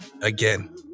Again